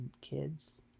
kids